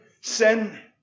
sin